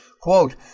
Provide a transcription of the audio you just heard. Quote